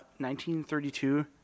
1932